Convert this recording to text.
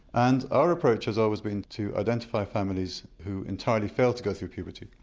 and our approach has always been to identify families who entirely fail to go through puberty,